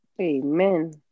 amen